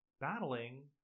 battling